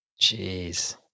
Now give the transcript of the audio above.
jeez